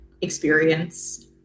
experience